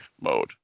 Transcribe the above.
mode